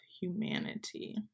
humanity